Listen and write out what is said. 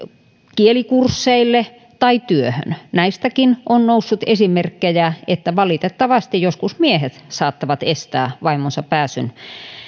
kielikursseille tai työhön näistäkin on noussut esimerkkejä että valitettavasti joskus miehet saattavat estää vaimonsa pääsyn